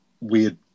weird